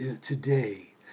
today